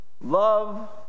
love